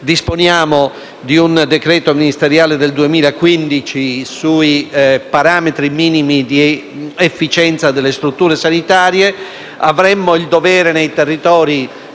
e di un decreto ministeriale del 2015 sui parametri minimi di efficienza delle strutture sanitarie. Avremmo il dovere di chiudere